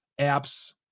apps